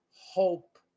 hope